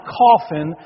coffin